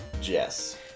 Jess